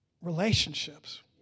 relationships